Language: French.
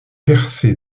percé